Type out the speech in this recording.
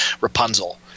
Rapunzel